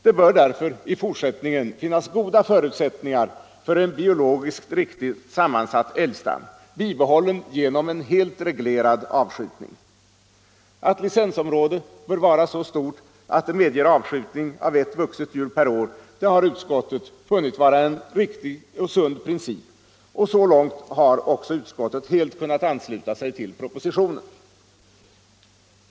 Det bör således i fortsättningen finnas goda förutsättningar för en biologiskt riktigt sammansatt älgstam, bibehållen genom en helt reglerad avskjutning. Att licensområdet bör vara så stort att det medger avskjutning av ett vuxet djur per år har utskottet funnit vara en riktig och sund princip. Så långt har utskottet helt kunnat ansluta sig till propositionen.